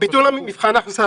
ביטול מבחן הכנסה